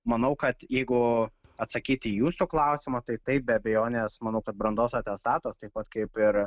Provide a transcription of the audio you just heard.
manau kad jeigu atsakyti į jūsų klausimą tai taip be abejonės manau kad brandos atestatas taip pat kaip ir